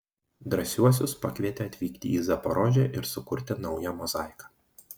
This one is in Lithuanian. drąsiuosius pakvietė atvykti į zaporožę ir sukurti naują mozaiką